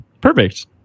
Perfect